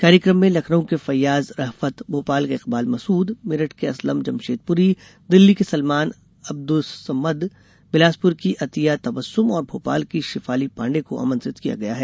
कार्यक्रम में लखनऊ के फैयाज रफअत भोपाल के इकबाल मसूद मेरठ के असलम जमशेदपुरी दिल्ली के सलमान अब्दुस्समद बिलासपुर की अतिया तबस्सुम और भोपाल की शिफाली पांडेय को आमंत्रित किया गया है